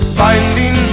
finding